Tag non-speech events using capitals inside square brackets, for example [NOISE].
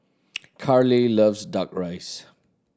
[NOISE] Carleigh loves Duck Rice